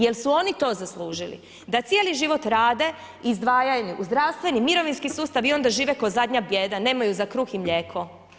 Jel su oni to zaslužili da cijeli život rade, izdvajaju u zdravstveni, mirovinski sustav i onda žive kao zadnja bijeda, nemaju za kruh i mlijeko?